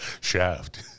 Shaft